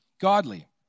godly